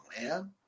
man